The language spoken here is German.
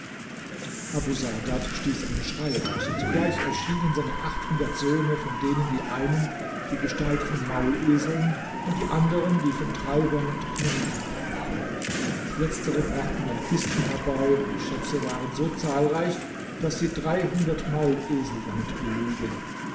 abu saadat stieß einen schrei aus und sogleich erschienen seine achtundert söhne von denen die einen die gestalt von mauleseln und die anderen die von treibern und knechten annahmen letztere brachten dann kisten herbei und die schätze waren so zahlreich daß sie dreihundert maulesel damit beluden